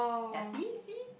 ya see see